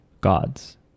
gods